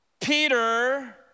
Peter